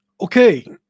okay